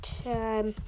time